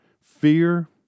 fear